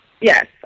Yes